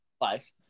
life